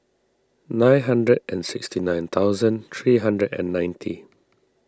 nine hundred and sixty nine thousand three hundred and ninety